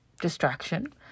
Distraction